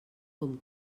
com